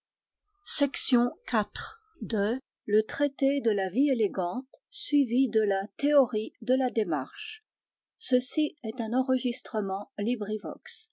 la théorie de la démarche traité de la vie élégante suivi de la théorie de la démarche table of contents pages